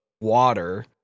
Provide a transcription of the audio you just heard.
water